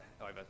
over